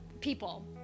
people